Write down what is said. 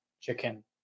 chicken